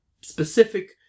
specific